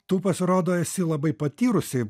tu pasirodo esi labai patyrusi